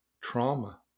trauma